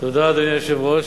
אדוני היושב-ראש,